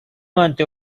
manté